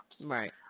Right